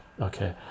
okay